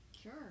Sure